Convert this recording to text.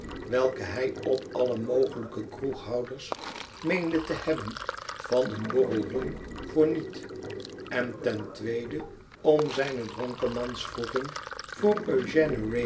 welke hij op alle mogelijk kroeghouders meende te hebben van een borrel rum voor niet en ten tweede om zijne dronkemanswroeging voor